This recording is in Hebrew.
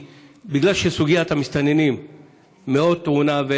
בגלל שסוגיית המסתננים מאוד טעונה,